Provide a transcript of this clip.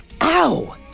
Ow